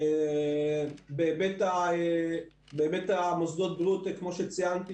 בהיבט מוסדות הבריאות כמו שציינתי